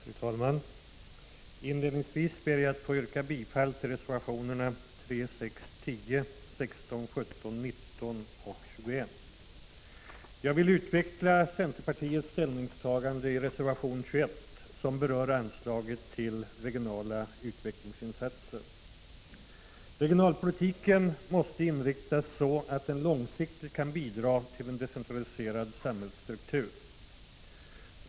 Fru talman! Inledningsvis ber jag att få yrka bifall till reservationerna 3, 6, 10, 16, 17, 19 och 21. Jag vill utveckla centerpartiets ställningstagande i reservation 21 som berör anslaget till regionala utvecklingsinsatser. Regionalpolitiken måste inriktas så att den långsiktigt kan bidra till en decentraliserad samhällsstruktur.